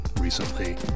recently